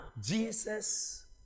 Jesus